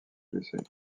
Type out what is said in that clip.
blessés